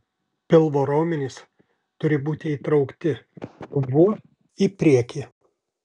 pilvo raumenys turi būti įtraukti dubuo į priekį